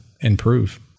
improve